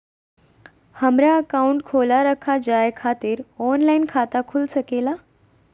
हमारा अकाउंट खोला रखा जाए खातिर ऑनलाइन खाता खुल सके ला?